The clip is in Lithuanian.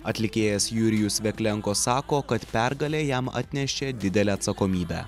atlikėjas jurijus veklenko sako kad pergalė jam atnešė didelę atsakomybę